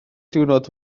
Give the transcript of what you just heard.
diwrnod